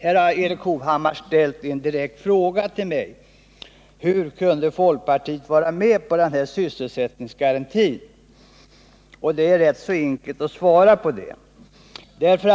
Erik Hovhammar har ställt en direkt fråga till mig om hur folkpartiet kunde gå med på denna sysselsättningsgaranti. Det är ganska enkelt att besvara denna fråga.